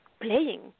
playing